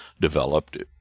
developed